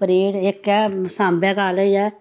parade इक ऐ साम्बे कालेज ऐ इक साम्बे कालेज ऐ